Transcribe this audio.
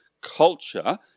culture